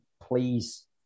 please